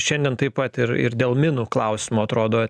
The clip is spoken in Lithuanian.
šiandien taip pat ir ir dėl minų klausimo atrodo